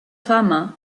fama